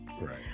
right